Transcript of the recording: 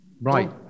right